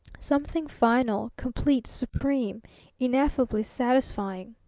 something final, complete, supreme ineffably satisfying!